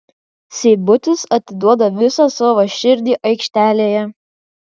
seibutis atiduoda visą savo širdį aikštelėje